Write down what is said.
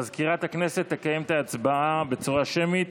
מזכירת הכנסת תקיים את ההצבעה השמית.